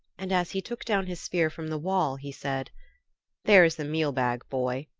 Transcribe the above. and as he took down his spear from the wall he said there is the mealbag, boy.